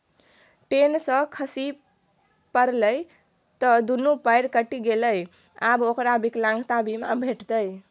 ten सँ खसि पड़लै त दुनू पयर कटि गेलै आब ओकरा विकलांगता बीमा भेटितै